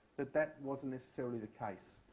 that that wasn't necessarily the case.